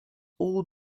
all